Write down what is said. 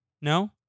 No